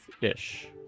ish